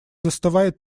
застывает